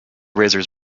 razors